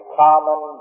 common